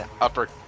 upper